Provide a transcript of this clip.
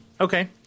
Okay